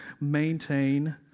maintain